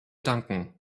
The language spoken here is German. danken